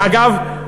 אגב,